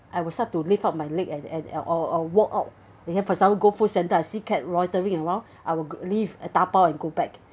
I will start to lift up my leg and and and or or walk out for example go food centre I see cat loitering around I'll leave and tabaoand go back